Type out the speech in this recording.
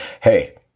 Hey